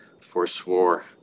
forswore